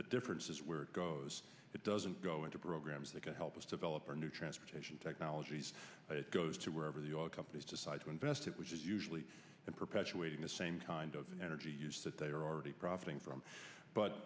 the difference is where it goes it doesn't go into programs that help us develop our new transportation technologies goes to wherever the oil companies decide to invest it which is usually perpetuating the same energy use that they are already profiting from but